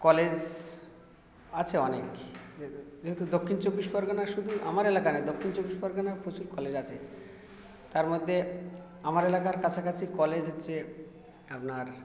college আছে অনেক যেহেতু দক্ষিণ চব্বিশ পরগনার শুধু আমার এলাকা নয় দক্ষিণ চব্বিশ পরগনার প্রচুর কলেজ আছে তার মধ্যে আমার এলাকার কাছাকাছি কলেজ হচ্ছে আপনার